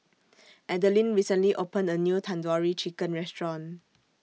Adalynn recently opened A New Tandoori Chicken Restaurant